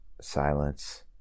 silence